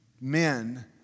men